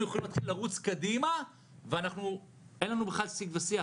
יכולים להתחיל לרוץ קדימה ואין לנו בכלל שיג ושיח.